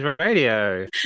radio